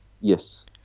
Yes